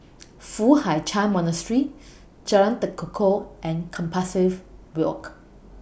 Foo Hai Ch'An Monastery Jalan Tekukor and Compassvale Walk